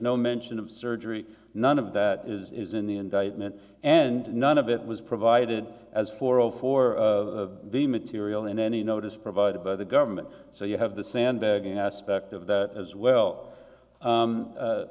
no mention of surgery none of that is in the indictment and none of it was provided as for all for the material in any notice provided by the government so you have the sand aspect of that as well